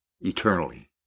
eternally